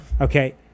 Okay